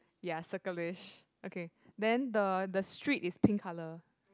ya circlish okay then the the street is pink color